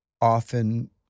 often